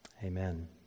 Amen